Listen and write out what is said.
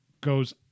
goes